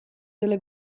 delle